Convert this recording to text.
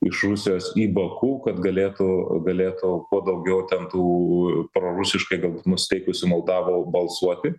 iš rusijos į baku kad galėtų galėtų kuo daugiau ten tų prorusiškai nusiteikusių moldavų balsuoti